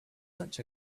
such